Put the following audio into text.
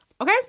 Okay